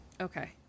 Okay